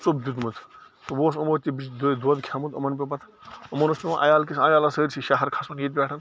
ژوٚپ دیٛتمُت تہٕ وۄنۍ اوس یِمو تہِ دۄدھ کھیٚومُت یِمن پیٛوو پَتہٕ یِمَن اوس پیٚوان عیال کِس عیالَس سٲرسٕے شہر کھسُن ییٚتہِ پٮ۪ٹھ